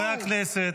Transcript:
חברי הכנסת.